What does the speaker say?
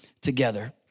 together